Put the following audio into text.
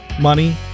money